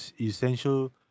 essential